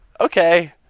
okay